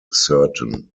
certain